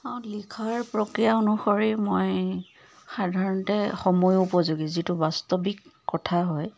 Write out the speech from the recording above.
লিখাৰ প্ৰক্ৰিয়া অনুসৰি মই সাধাৰণতে সময় উপযোগী যিটো বাস্তৱিক কথা হয়